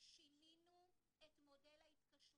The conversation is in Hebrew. שינינו את מודל ההתקשרות,